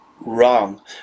wrong